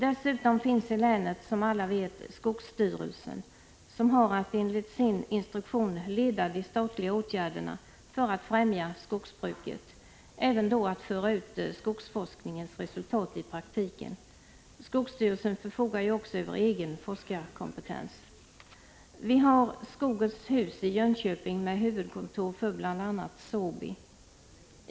Dessutom finns i länet — som alla vet — skogsstyrelsen, som har att enligt sin instruktion leda de statliga åtgärderna för att främja skogsbruket, och häri ingår även att föra ut skogsforskningens resultat i praktiken. Skogsstyrelsen förfogar ju också över egen forskarkompetens. Vi har vidare Skogens hus i Jönköping, med huvudkontor för bl.a. Såbi.